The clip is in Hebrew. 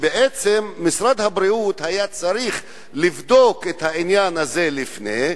שבעצם משרד הבריאות היה צריך לבדוק את העניין הזה לפני.